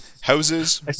houses